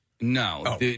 No